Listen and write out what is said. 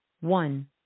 one